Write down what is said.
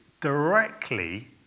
directly